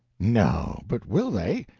no, but will they?